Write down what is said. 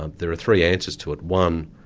ah there are three answers to it one,